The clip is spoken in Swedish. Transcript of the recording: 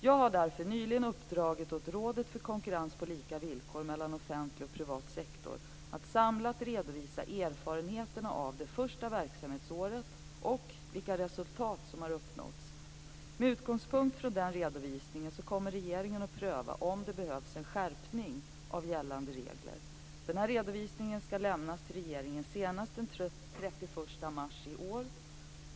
Jag har därför nyligen uppdragit åt Rådet för konkurrens på lika villkor mellan offentlig och privat sektor att samlat redovisa erfarenheterna av det första verksamhetsåret och vilka resultat som har uppnåtts. Med utgångspunkt från den redovisningen kommer regeringen att pröva om det behövs en skärpning av gällande regler. Denna redovisning skall lämnas till regeringen senast den 31 mars 1999.